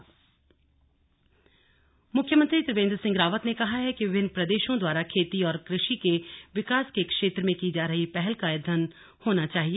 slug समीक्षा बैठक मुख्यमंत्री त्रिवेन्द्र सिंह रावत ने कहा है कि विभिन्न प्रदेशों द्वारा खेती और कृषि के विकास के क्षेत्र में की जा रही पहल का अध्ययन होना चाहिए